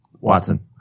Watson